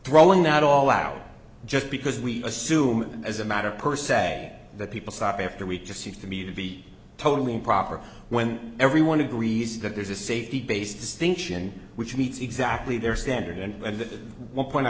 throwing out all out just because we assume as a matter per se that people stop after we just seems to me to be totally improper when everyone agrees that there's a safety base distinction which meets exactly their standard and the one point i